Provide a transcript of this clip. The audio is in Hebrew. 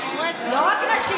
הצבעה ממשלתית בעד זה, לא רק נשים.